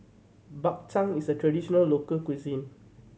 Bak Chang is a traditional local cuisine